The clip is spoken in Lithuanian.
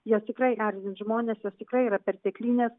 jie tikrai erzins žmones jos tikrai yra perteklinės